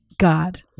God